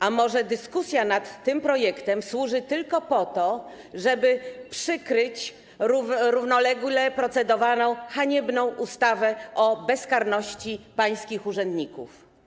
A może dyskusja nad tym projektem służy tylko po to, żeby przykryć równolegle procedowaną haniebną ustawę o bezkarności pańskich urzędników?